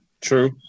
True